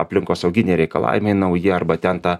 aplinkosauginiai reikalavimai nauji arba ten ta